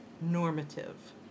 normative